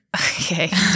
Okay